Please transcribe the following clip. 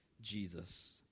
Jesus